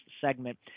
segment